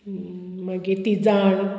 मागीर तिजाण